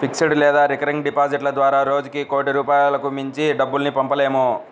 fixed లేదా recurring డిపాజిట్ల ద్వారా రోజుకి కోటి రూపాయలకు మించి డబ్బుల్ని పంపలేము